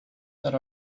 that